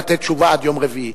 לתת תשובה עד יום רביעי.